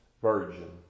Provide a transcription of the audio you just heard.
virgin